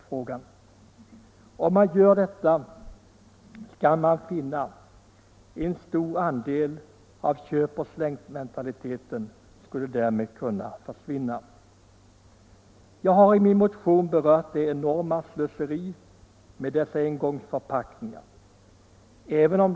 Tog man tillräcklig hänsyn till dessa skulle köp-slit-och-släng-mentaliteten i stort sett försvinna. Jag har i min motion berört det enorma slöseri som engångsförpackningarna innebär.